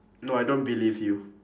no I don't believe you